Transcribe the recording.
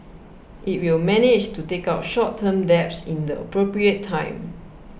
it will manage to take out short term debts in the appropriate time